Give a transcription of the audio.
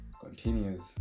continues